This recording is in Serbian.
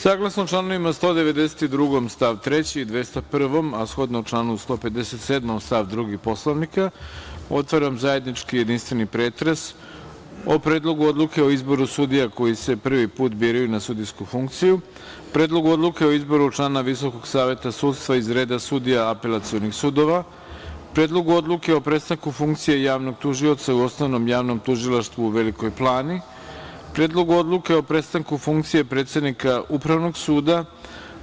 Saglasno članovima 192. stav 3. i 201, a shodno članu 157. stav 2. Poslovnika, otvaram zajednički jedinstveni pretres o: Predlogu odluke o izboru sudija koji se prvi put biraju na sudijsku funkciju, Predlog odluke o izboru člana Visokog saveta sudstva iz reda sudija apelacionih sudova, Predlog odluke o prestanku funkcije javnog tužioca u Osnovnom javnom tužilaštvu u Velikoj Plani, Predlog odluke o prestanku funkcije predsednika Upravnog suda,